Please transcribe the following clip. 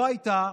היה הייתה